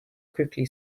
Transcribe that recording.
quickly